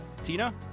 Tina